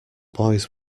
boys